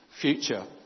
future